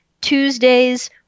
Tuesdays